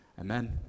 Amen